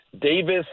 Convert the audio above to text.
Davis